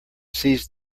seized